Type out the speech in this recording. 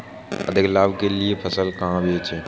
अधिक लाभ के लिए फसल कहाँ बेचें?